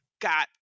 got